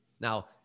now